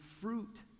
fruit